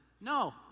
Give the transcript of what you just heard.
No